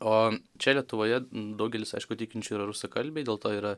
o čia lietuvoje daugelis aišku tikinčių yra rusakalbiai dėl to yra